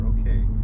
okay